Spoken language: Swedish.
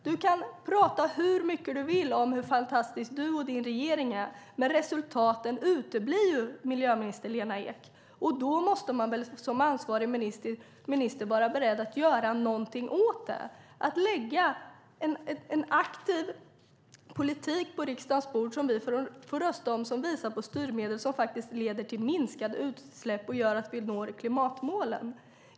Du kan tala hur mycket du vill om hur fantastisk du och din regering är. Men resultaten uteblir, miljöminister Lena Ek. Då måste man väl som ansvarig minister vara beredd att göra någonting åt det. Det handlar om att lägga fram förslag till en aktiv politik på riksdagens bord som vi får rösta om och visa på styrmedel som leder till minskade utsläpp och gör att vi når klimatmålen.